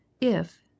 If